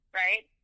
right